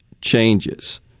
changes